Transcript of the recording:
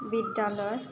বিদ্যালয়